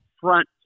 Front